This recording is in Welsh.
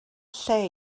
lle